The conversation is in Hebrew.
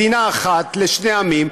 מדינה אחת לשני עמים,